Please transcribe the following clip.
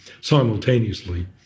Simultaneously